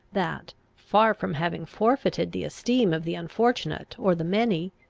that, far from having forfeited the esteem of the unfortunate or the many,